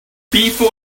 before